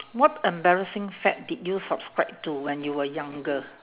what embarrassing fad did you subscribe to when you were younger